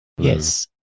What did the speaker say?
Yes